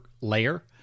layer